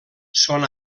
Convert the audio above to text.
són